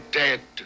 dead